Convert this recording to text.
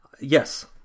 Yes